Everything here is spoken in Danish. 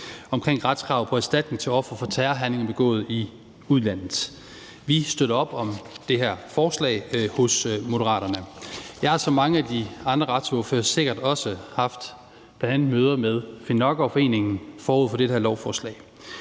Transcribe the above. om retskravet på erstatning til ofre for terrorhandlinger begået i udlandet. Vi støtter op om det her forslag hos Moderaterne. Jeg har, som mange af de andre retsordførere sikkert også har, haft møder med bl.a. Finn Nørgaard Foreningen forud for det her lovforslag.